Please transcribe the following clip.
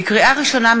לקריאה ראשונה,